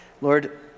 Lord